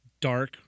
dark